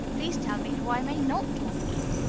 please tell me who i may not talk with.